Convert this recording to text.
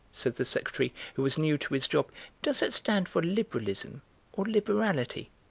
said the secretary, who was new to his job does that stand for liberalism or liberality?